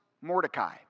Mordecai